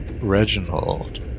Reginald